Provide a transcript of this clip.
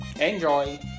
Enjoy